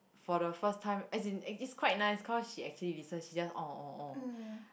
for the first time as in it's quite nice cause she actually listen she just oh oh oh